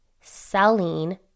selling